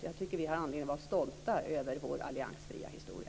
Jag tycker att vi har anledning att vara stolta över vår alliansfria historia.